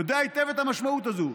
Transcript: הוא יודע היטב את המשמעות הזאת.